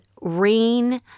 rain